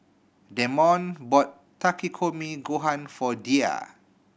Demond bought Takikomi Gohan for Diya